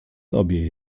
tobie